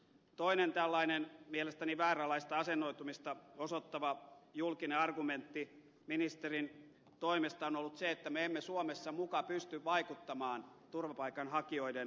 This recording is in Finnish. toinen tällainen mielestäni vääränlaista asennoitumista osoittava julkinen argumentti ministerin toimesta on ollut se että me emme suomessa muka pysty vaikuttamaan turvapaikanhakijoiden määrään